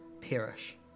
perish